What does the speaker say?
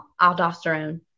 aldosterone